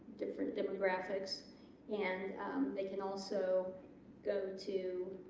different demographics and they can also go to